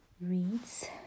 reads